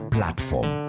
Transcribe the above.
Platform